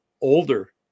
older